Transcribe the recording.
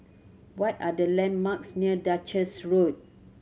what are the landmarks near Duchess Road